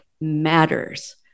matters